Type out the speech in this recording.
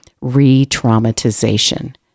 re-traumatization